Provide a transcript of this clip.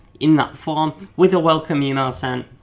in that form, with a welcome email sent,